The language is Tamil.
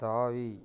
தாவி